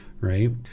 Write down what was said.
right